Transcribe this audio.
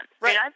Right